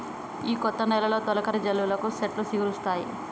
ఈ కొత్త నెలలో తొలకరి జల్లులకి సెట్లు సిగురిస్తాయి